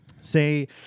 Say